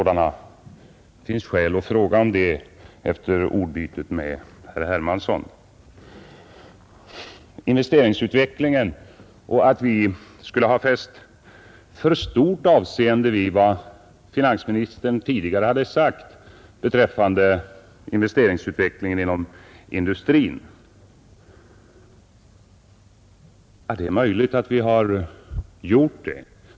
Det finns skäl att framställa den frågan efter herr Ekströms ordbyte med herr Hermansson. Beträffande investeringsutvecklingen inom industrin påstod herr Ekström, att vi fäster för stort avseende vid vad finansministern tidigare har sagt. Det är möjligt att det är fel av oss att göra så.